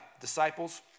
disciples